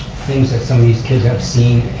things that some of these kids have seen